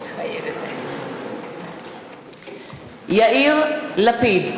מתחייבת אני יאיר לפיד,